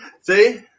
See